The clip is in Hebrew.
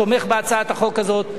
תומך בהצעת החוק הזאת,